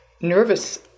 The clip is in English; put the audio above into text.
nervous